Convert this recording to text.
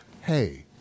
hey